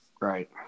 Right